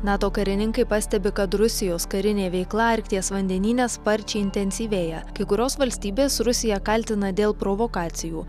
nato karininkai pastebi kad rusijos karinė veikla arkties vandenyne sparčiai intensyvėja kai kurios valstybės rusiją kaltina dėl provokacijų